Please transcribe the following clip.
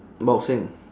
boxing